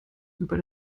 über